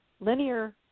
linear